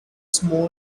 small